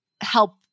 help